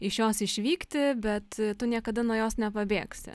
iš jos išvykti bet tu niekada nuo jos nepabėgsi